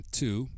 two